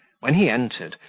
when he entered,